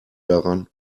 daran